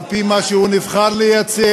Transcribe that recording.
על-פי מה שהוא נבחר לייצג.